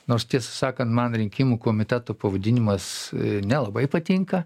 nors tiesa sakant man rinkimų komitetų pavadinimas nelabai patinka